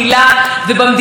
התקציב חסר.